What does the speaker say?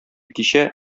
кичә